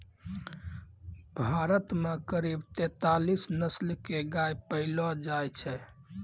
भारत मॅ करीब तेतालीस नस्ल के गाय पैलो जाय छै